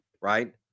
right